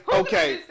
okay